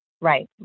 Right